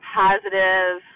positive